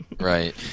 Right